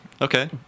Okay